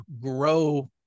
grow